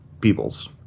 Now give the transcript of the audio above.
peoples